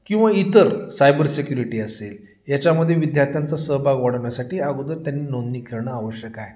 किंवा इतर cyber security असेल याच्यामध्ये विद्यार्थ्यांचा सहभाग वाढवण्यासाठी अगोदर त्यांनी नोंदणी करणं आवश्यक आहे